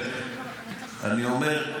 אני אומר,